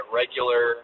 regular